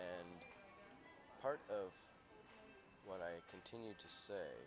and part of what i continue to say